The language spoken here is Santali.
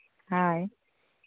ᱦᱳᱭ